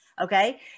okay